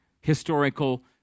historical